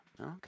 Okay